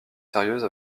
sérieuse